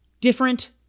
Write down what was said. different